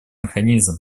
механизм